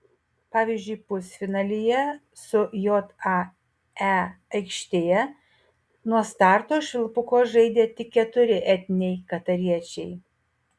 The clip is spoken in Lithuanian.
pavyzdžiui pusfinalyje su jae aikštėje nuo starto švilpuko žaidė tik keturi etniniai katariečiai